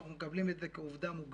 אנחנו מקבלים את זה כעובדה מוגמרת.